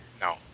No